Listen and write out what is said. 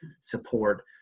support